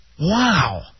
Wow